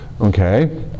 Okay